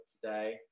today